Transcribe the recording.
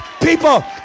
People